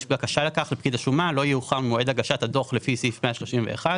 בקשה לכך לפקיד השומה לא יאוחר ממועד הגשת הדוח לפי סעיף 131,